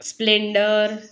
splendor